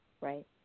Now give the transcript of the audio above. Right